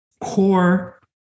core